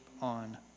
on